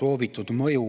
soovitud mõju.